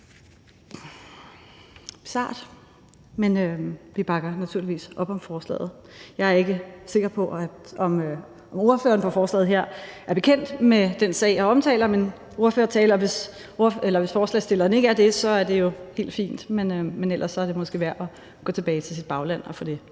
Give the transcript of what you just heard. sart, men vi bakker naturligvis op om forslaget. Jeg er ikke sikker på, at ordføreren for forslaget her er bekendt med den sag, jeg omtaler, men hvis forslagsstilleren ikke er det, er det jo helt fint. Men ellers er det måske værd at gå tilbage til sit bagland og få det